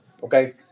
Okay